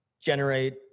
generate